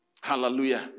Hallelujah